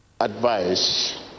Advice